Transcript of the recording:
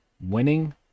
winning